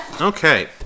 Okay